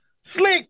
Slick